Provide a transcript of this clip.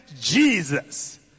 Jesus